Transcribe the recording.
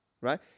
right